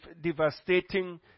devastating